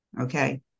Okay